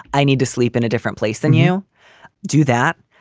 i need to sleep in a different place than you do that.